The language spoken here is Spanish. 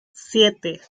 siete